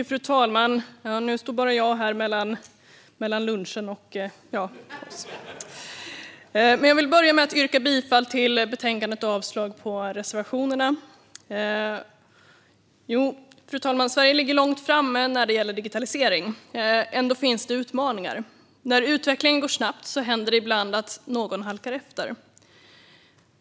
Fru talman! Nu står bara jag här mellan er i kammaren och lunchen! Jag vill börja med att yrka bifall till förslaget i betänkandet och avslag på reservationerna. Fru talman! Sverige ligger långt framme när det gäller digitalisering, men ändå finns det utmaningar. När utvecklingen går snabbt händer det att någon halkar efter.